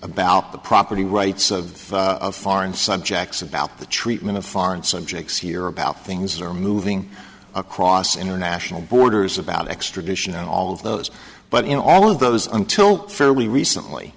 about the property rights of foreign subjects about the treatment of foreign subjects here about things are moving across international borders about extradition all of those but in all of those until fairly recently